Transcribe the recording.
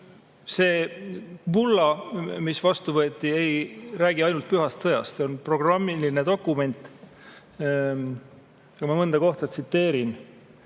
See bulla, mis vastu võeti, ei räägi ainult pühast sõjast, see on programmiline dokument. Ma mõnda kohta tsiteerin.